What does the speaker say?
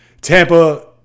Tampa